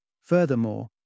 Furthermore